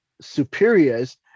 superiors